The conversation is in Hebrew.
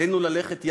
עלינו ללכת יחד,